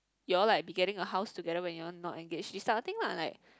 your all like be getting a house together when you all not engage this kind of thing lah like